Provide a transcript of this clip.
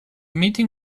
meeting